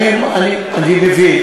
אני מבין.